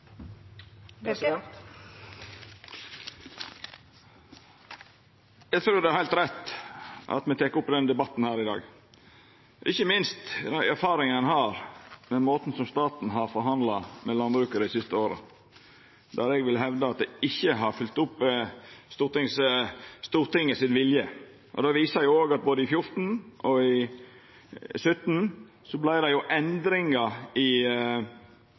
en regjering som ikke lytter til stortingsflertallet, som først og fremst gjør. Eg trur det er heilt rett at me tek opp denne debatten i dag, ikkje minst med dei erfaringane ein har med måten staten har forhandla med landbruket på dei siste åra. Der vil eg hevda at dei ikkje har fylgt opp Stortingets vilje, og det viste seg både i 2014 og 2017 at det vart gjort endringar i